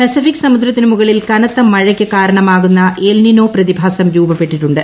Pacific സമുദ്രത്തിന് മുകളിൽ കനത്ത മഴയ്ക്ക് കാരണമാകുന്ന എൽനിനോ പ്രതിഭാസം രൂപപ്പെട്ടിട്ടുണ്ട്